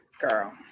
Girl